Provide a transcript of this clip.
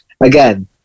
again